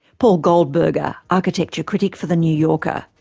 paul goldberger, architecture critic for the new yorker.